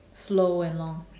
slow and long